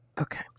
Okay